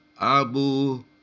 Abu